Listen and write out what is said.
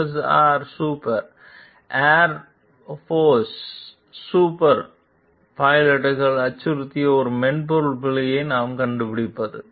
S air super air force சூப்பர்ஃபைட்டர்களை அச்சுறுத்திய ஒரு மென்பொருள் பிழையை நாம் கண்டுபிடிப்பது